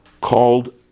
called